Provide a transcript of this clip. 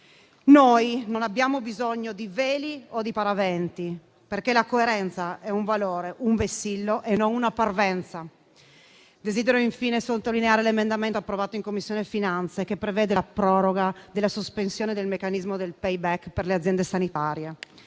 Noi non abbiamo bisogno di veli o di paraventi, perché la coerenza è un valore, un vessillo e non una parvenza. Desidero infine sottolineare l’emendamento approvato in Commissione finanze che prevede la proroga della sospensione del meccanismo del payback per le aziende sanitarie.